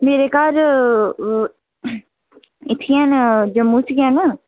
मेरे घर इत्थै गै हैन जम्मू च गै हैन